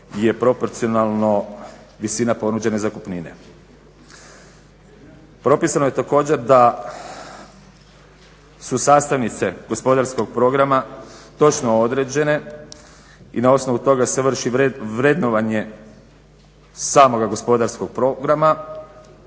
je proporcionalno visina ponuđene zakupnine. Propisano je također da su sastavnice gospodarskog programa točno određene i na osnovu toga se vrši vrednovanje samoga gospodarskog programa,